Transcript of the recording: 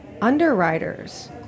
underwriters